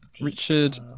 richard